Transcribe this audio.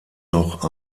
noch